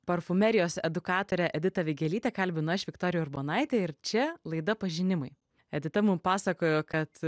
parfumerijos edukatorę editą vigelytę kalbinu aš viktorija urbonaitė ir čia laida pažinimai edita mum pasakojo kad